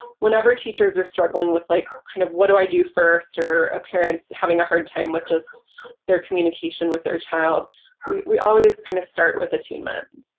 whenever teachers are struggling with like kind of what do i do first or appearance having a hard time with just their communication with their child we always kind of start with attunement.